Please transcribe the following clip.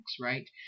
right